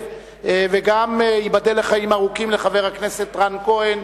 וגם ייבדל לחיים ארוכים חבר הכנסת רן כהן,